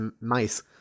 mice